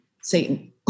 Satan